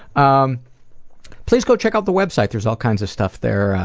um please go check out the website, there's all kinds of stuff there.